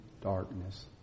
darkness